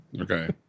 Okay